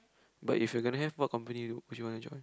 but if you're gonna have what company you would you wanna join